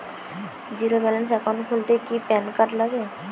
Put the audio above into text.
Zero balance account খুলতে কি PAN card লাগে?